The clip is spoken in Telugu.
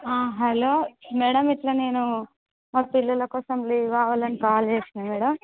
ఆ హలో మేడం ఇట్లా నేను మా పిల్లల కోసం లీవ్ కావాలని కాల్ చేసిన మేడం